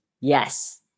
Yes